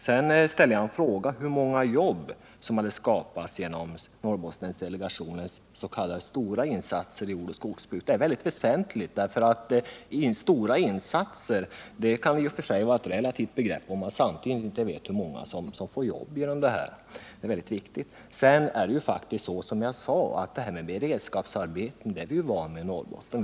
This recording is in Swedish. Sedan ställde jag frågan hur många jobb som hade skapats genom Norrbottendelegationens s.k. stora insatser inom jordoch skogsbruk. Stora Nr 45 insatser kan vara ett relativt begrepp om man inte samtidigt redogör för hur Fredagen den många som får jobb genom dem. Det är mycket viktigt att få klarhet i 1 december 1978 = detta. Beredskapsarbeten är vi, som jag sade, vana vid i Norrbotten.